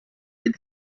been